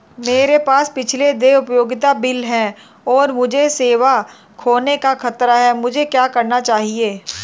मेरे पास पिछले देय उपयोगिता बिल हैं और मुझे सेवा खोने का खतरा है मुझे क्या करना चाहिए?